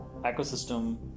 ecosystem